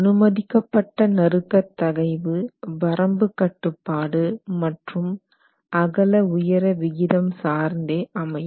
அனுமதிக்கப்பட்ட நறுக்கத் தகைவு வரம்பு கட்டுப்பாடு மற்றும் அகல உயர விகிதம் சார்ந்தே அமையும்